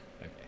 Okay